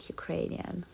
Ukrainian